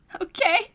Okay